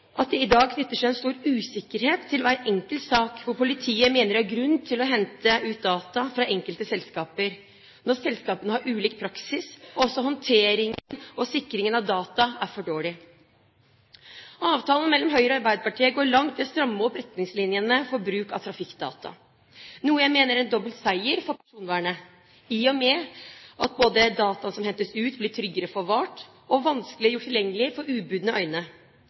at det i dag knytter seg stor usikkerhet til hver enkelt sak hvor politiet mener det er grunn til å hente ut data fra enkelte selskaper, når selskapene har ulik praksis, og også når håndteringen og sikringen av data er for dårlig. Avtalen mellom Høyre og Arbeiderpartiet går langt i å stramme opp retningslinjene for bruk av trafikkdata, noe jeg mener er en dobbelt seier for personvernet i og med at dataene som hentes ut, blir tryggere forvart og vanskeligere gjort tilgjengelig for ubudne øyne,